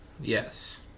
Yes